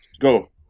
Go